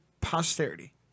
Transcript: posterity